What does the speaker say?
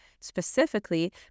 specifically